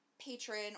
patron